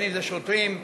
שוטרים,